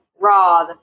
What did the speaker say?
raw